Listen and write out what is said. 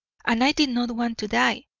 and i did not want to die,